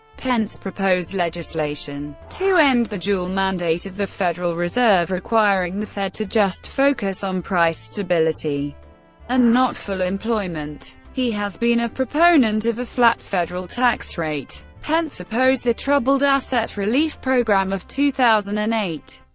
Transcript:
pence proposed legislation to end the dual mandate of the federal reserve, requiring the fed to just focus on price stability and not full employment. he has been a proponent of a flat federal tax rate. pence opposed the troubled asset relief program of two thousand and eight.